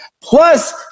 Plus